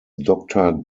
doctor